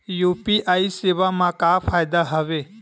UPI सेवा मा का फ़ायदा हवे?